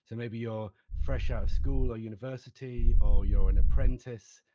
and maybe you're fresh out of school or university, or you're an apprentice,